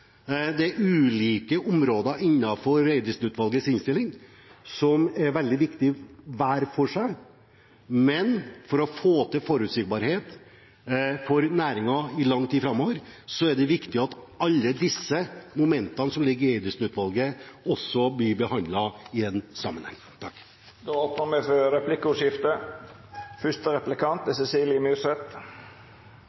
Det er ulike områder innenfor Eidesen-utvalgets innstilling som er veldig viktige hver for seg, men for å få til forutsigbarhet for næringen i lang tid framover er det også viktig at alle disse momentene som ligger i Eidesen-utvalgets innstilling, blir behandlet i en sammenheng. Det vert replikkordskifte. Jeg hører at ministeren synes det er